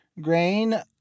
grain